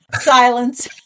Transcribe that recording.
Silence